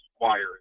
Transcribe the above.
wire